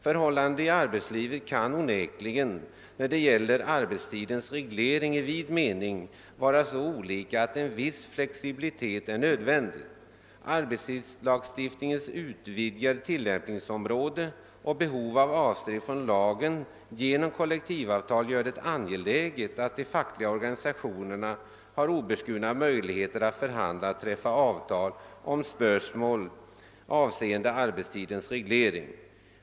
Förhållandena i arbetslivet kan onekligen, när det gäller arbetstidens reglering i vid mening, vara så olika att en viss flexibilitet är nödvändig. Arbetstidslagstiftningens utvidgade tillämpningsområde och behovet av avsteg från lagen genom kollektivavtal gör det angeläget, att de fackliga organisationerna har obeskurna möjligheter att förhandla och träffa avtal om spörsmål avseende arbetstidens reglering.